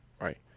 right